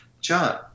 John